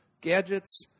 gadgets